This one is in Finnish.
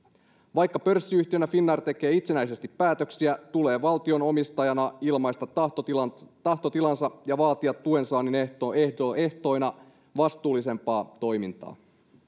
vaikka pörssiyhtiönä finnair tekee itsenäisesti päätöksiä tulee valtion omistajana ilmaista tahtotilansa tahtotilansa ja vaatia tuensaannin ehtoina vastuullisempaa toimintaa